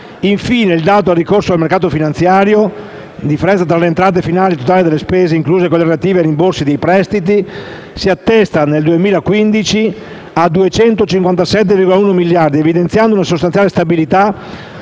Infine, il dato del ricorso al mercato finanziario (ossia la differenza tra le entrate finali e il totale delle spese, incluse quelle relative al rimborso di prestiti) si attesta nel 2015 sulla cifra di 257,1 miliardi, evidenziando una sostanziale stabilità